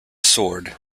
sword